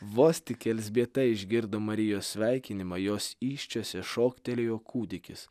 vos tik elzbieta išgirdo marijos sveikinimą jos įsčiose šoktelėjo kūdikis